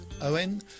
Owen